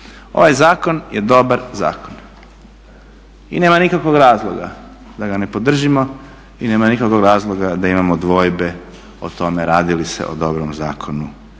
Ovaj zakon je dobar zakona i nema nikakvog razloga da ga ne podržimo i nema nikakvog razloga da imamo dvojbe o tome radi li se o dobrom zakonu